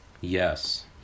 Yes